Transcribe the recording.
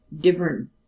different